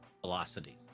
velocities